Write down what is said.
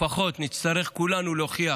לפחות נצטרך כולנו להוכיח